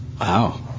Wow